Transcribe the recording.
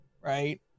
right